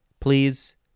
Please